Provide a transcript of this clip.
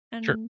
Sure